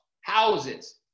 houses